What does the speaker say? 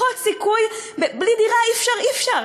בלי דירה אי-אפשר.